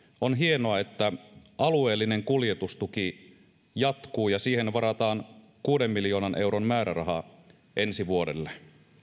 on hienoa että alueellinen kuljetustuki jatkuu ja siihen varataan kuuden miljoonan euron määräraha ensi vuodelle